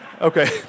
Okay